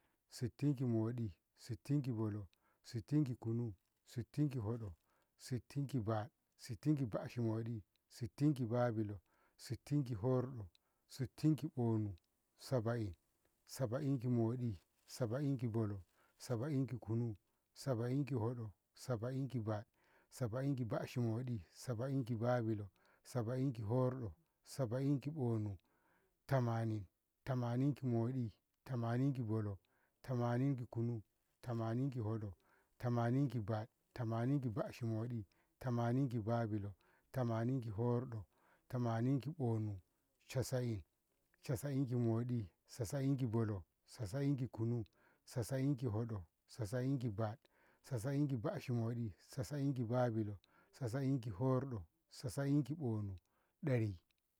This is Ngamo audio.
sittin ki moɗi, sittin ki bolo, sittin ki kunu, sittin ki hoɗo, sittin ki bad, sittin ki baashi moɗi, sittin ki babilo, sittin ki horɗo, sittin ki bonu, saba'in, saba'in ki moɗi, saba'in ki bolo, saba'in ki kunu, saba'in ki hoɗo, saba'in ki bad, saba'in ki baashi moɗi, saba'in ki babilo, saba'in ki horɗo, saba'in ki bonu, tamanin, tamanin ki moɗi, tamanin ki bolo, tamanin ki kunu, tamanin ki hoɗo, tamanin ki bad, tamanin ki baashi moɗi, tamanin ki babilo, tamanin ki horɗo, tamanin ki bonu, casa'in, casa'in ki moɗi, casa'in ki bolo, casa'in ki kunu, casa'in ki hoɗo, casa'in ki bad, casa'in ki baashi moɗi, casa'in ki babilo, casa'in ki horɗo, casa'in ki bonu, ɗari.